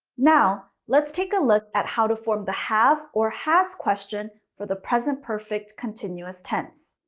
now, let's take a look at how to form the have or has question for the present perfect continuous tense.